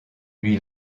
lui